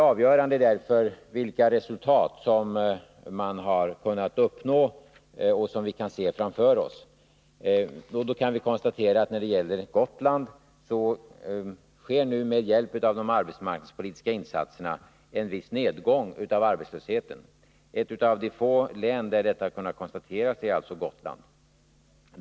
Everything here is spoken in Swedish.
Avgörande är därför nu vilka resultat man har kunnat uppnå och vilka vi Nr 27 kan se framför oss. Vi kan när det gäller Gotland notera en viss nedgång av Måndagen den arbetslösheten, tack vare de arbetsmarknadspolitiska insatserna. Ett av de få 16 november 1981 län där en sådan nedgång har kunnat konstateras är alltså Gotlands län.